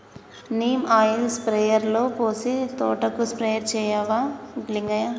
neem oil స్ప్రేయర్లో పోసి తోటకు స్ప్రే చేయవా లింగయ్య